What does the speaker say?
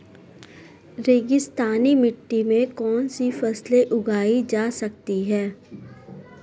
रेगिस्तानी मिट्टी में कौनसी फसलें उगाई जा सकती हैं?